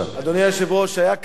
אדוני היושב-ראש, היה כאן,